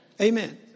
Amen